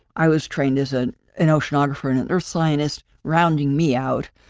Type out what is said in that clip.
i was trained as an an oceanographer and an earth scientist rounding me out.